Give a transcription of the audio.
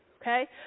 Okay